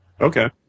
Okay